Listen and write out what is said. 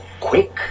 quick